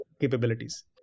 capabilities